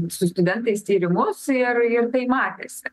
su studentais tyrimus ir ir tai matėsi